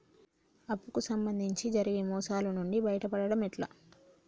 అప్పు కు సంబంధించి జరిగే మోసాలు నుండి బయటపడడం ఎట్లా?